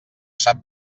sap